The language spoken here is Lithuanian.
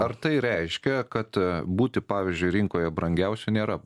ar tai reiškia kad būti pavyzdžiui rinkoje brangiausiu nėra